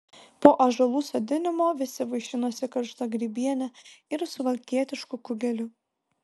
po ąžuolų sodinimo visi vaišinosi karšta grybiene ir suvalkietišku kugeliu